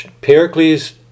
Pericles